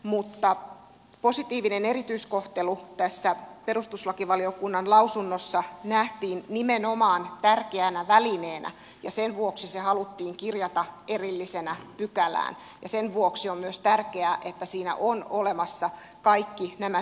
mutta positiivinen erityiskohtelu tässä perustuslakivaliokunnan lausunnossa nähtiin nimenomaan tärkeänä välineenä ja sen vuoksi se haluttiin kirjata erillisenä pykälään ja sen vuoksi on myös tärkeää että siinä on olemassa kaikki nämä syrjintäperusteet